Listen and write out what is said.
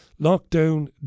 Lockdown